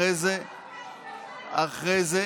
אחרי זה,